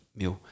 meu